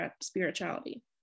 spirituality